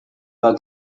war